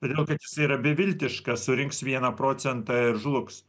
todėl kad jisai yra beviltiškas surinks vieną procentą ir žlugs